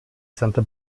santa